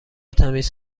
تمیز